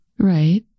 Right